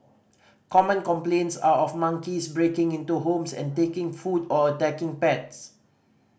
common complaints are of monkeys breaking into homes and taking food or attacking pets